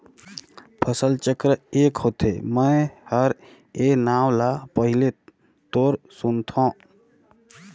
फसल चक्र ए क होथे? मै हर ए नांव ल पहिले तोर सुनथों